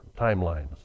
timelines